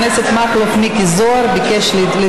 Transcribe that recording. אם אפשר,